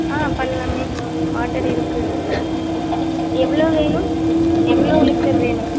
ஆ பண்ணலாமே வாட்டர் இருக்குது எவ்வளோ வேணும் எவ்வளோ லிட்டர் வேணும்